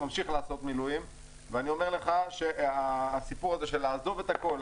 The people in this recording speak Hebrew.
אני ממשיך לעשות מילואים ואני אומר לך שהסיפור הזה של לעזוב את הכל,